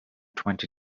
twenty